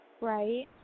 Right